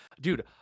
dude